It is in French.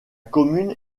commune